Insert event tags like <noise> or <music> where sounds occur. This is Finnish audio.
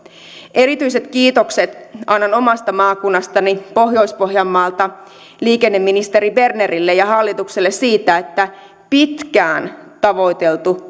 erityiset kiitokset annan omasta maakunnastani pohjois pohjanmaalta liikenneministeri bernerille ja hallitukselle siitä että pitkään tavoiteltu <unintelligible>